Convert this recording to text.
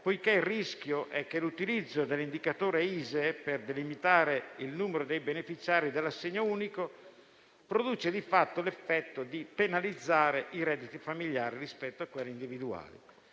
perché il rischio è che l'utilizzo dell'indicatore ISEE per delimitare il numero dei beneficiari dell'assegno unico produca di fatto l'effetto di penalizzare i redditi familiari rispetto a quelli individuali.